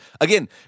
again